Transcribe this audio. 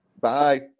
Bye